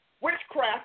witchcraft